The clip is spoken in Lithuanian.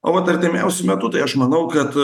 o vat artimiausiu metu tai aš manau kad